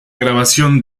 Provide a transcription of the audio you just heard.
grabación